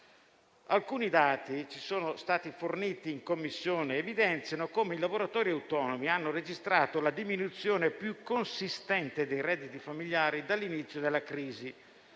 Alcuni dati che ci sono stati forniti in Commissione evidenziano come i lavoratori autonomi hanno registrato la diminuzione più consistente dei redditi familiari dall'inizio della crisi: